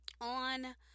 On